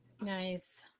Nice